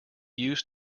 used